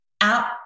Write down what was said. out